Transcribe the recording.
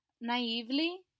naively